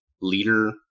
leader